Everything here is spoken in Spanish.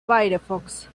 firefox